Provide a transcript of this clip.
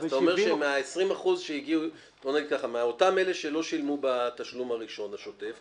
אתה אומר שמאותם אלו שלא שילמו בתשלום הראשון השוטף,